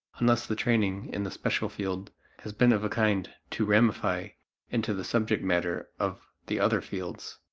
unless the training in the special field has been of a kind to ramify into the subject matter of the other fields.